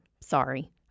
Sorry